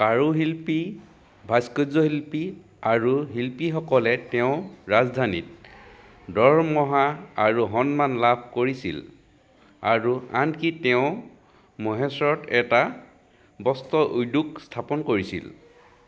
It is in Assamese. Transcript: কাৰুশিল্পী ভাস্কৰ্যশিল্পী আৰু শিল্পীসকলে তেওঁৰ ৰাজধানীত দৰমহা আৰু সন্মান লাভ কৰিছিল আৰু আনকি তেওঁ মহেশ্বৰত এটা বস্ত্ৰ উদ্যোগ স্থাপন কৰিছিল